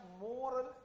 moral